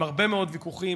עם הרבה מאוד ויכוחים.